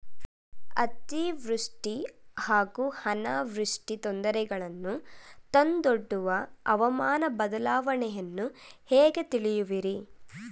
ಅತಿವೃಷ್ಟಿ ಹಾಗೂ ಅನಾವೃಷ್ಟಿ ತೊಂದರೆಗಳನ್ನು ತಂದೊಡ್ಡುವ ಹವಾಮಾನ ಬದಲಾವಣೆಯನ್ನು ಹೇಗೆ ತಿಳಿಯುವಿರಿ?